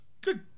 good